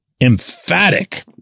emphatic